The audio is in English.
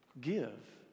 Give